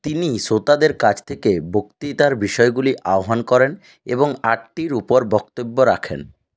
তিনি শ্রোতাদের কাছ থেকে বক্তৃতার বিষয়গুলি আহ্বান করেন এবং আটটির উপর বক্তব্য রাখেন